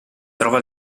trova